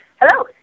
Hello